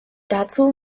dazu